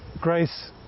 grace